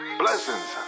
blessings